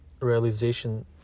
realization